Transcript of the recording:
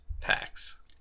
packs